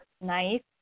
nice